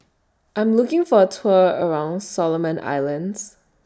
I Am looking For A Tour around Solomon Islands